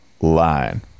line